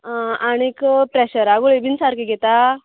आं आनीक प्रेशरा गुळयो बीन सारक्यो तरी घेता